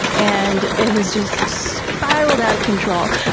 and it has just spiraled out of control!